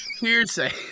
Hearsay